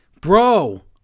bro